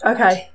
Okay